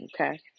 Okay